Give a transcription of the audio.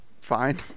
fine